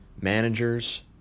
managers